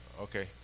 Okay